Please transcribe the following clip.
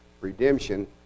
redemption